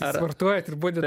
sportuojat ir budit